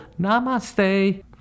Namaste